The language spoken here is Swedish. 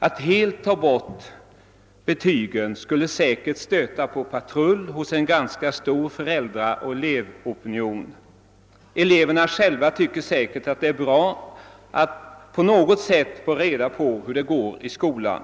Att helt avskaffa betygen skulle säkerligen stöta på patrull hos en ganska stor föräldraoch elevopinion. Eleverna tycker själva utan tvivel att det är bra att på något sätt få reda på hur de klarar sig i skolan.